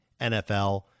NFL